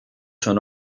son